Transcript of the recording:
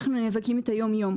אנחנו נאבקים למענה יום-יום.